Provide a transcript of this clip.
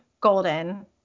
golden